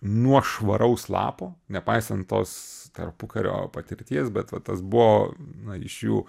nuo švaraus lapo nepaisant tos tarpukario patirties bet va tas buvo na iš jų